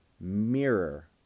mirror